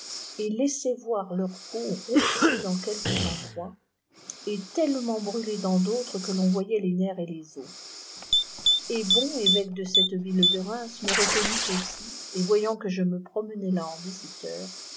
et laissaient voir leur peau romsie dansquelfues endroitiy et tellement irùlée daits d'mtffes que l'on voyait lô nr et iba ps ebbo évéque de cette ville de ltelm lae recennnt aussiy et voyant qirie je me piemenais là en visiteuf